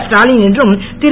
ஸ்டாலின் என்றும் திரு